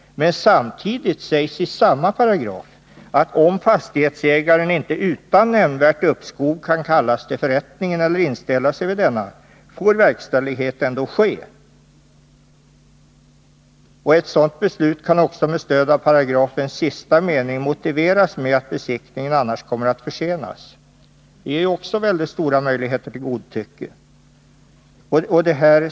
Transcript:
Men i samma paragraf står följande: ”Kan den som avses i första stycket inte utan nämnvärt uppskov kallas till förrättningen eller inställa sig vid denna, får verkställighet ändå ske —-—--.” Ett sådant beslut kan också med stöd av paragrafens sista mening motiveras med att besiktningen annars kommer att försenas. Det ger också stora möjligheter till godtycke.